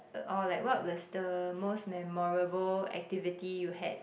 uh or like what was the most memorable activity you had